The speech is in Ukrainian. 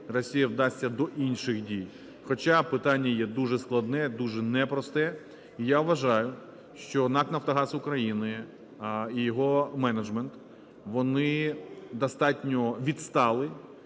Росія вдасться до інших дій. Хоча питання є дуже складне, дуже непросте. І я вважаю, що НАК "Нафтогаз України", його менеджмент, вони достатньо відстали